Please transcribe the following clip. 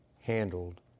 handled